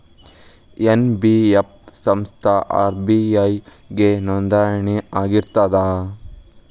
NBF ಸಂಸ್ಥಾ RBI ಗೆ ನೋಂದಣಿ ಆಗಿರ್ತದಾ?